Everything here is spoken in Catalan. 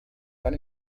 tan